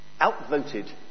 Outvoted